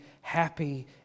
happy